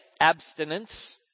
abstinence